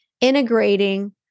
integrating